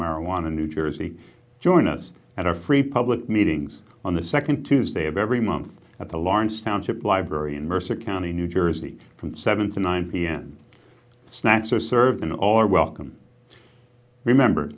marijuana new jersey join us at our free public meetings on the second tuesday of every month at the lawrence township library in mercer county new jersey from seven to nine p m snacks are served in all welcome remember